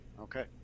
Okay